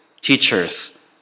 teachers